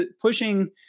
pushing